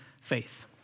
faith